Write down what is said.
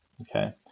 Okay